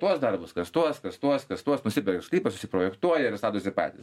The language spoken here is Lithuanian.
tuos darbus kas tuos kas tuos kas tuos nusiperka sklypą susiprojektuoja ir statosi patys